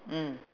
mm